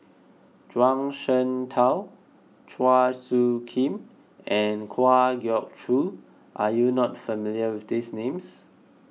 Zhuang Shengtao Chua Soo Khim and Kwa Geok Choo are you not familiar with these names